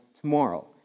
tomorrow